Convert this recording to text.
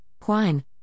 Quine